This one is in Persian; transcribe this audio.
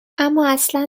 امااصلا